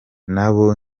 nabo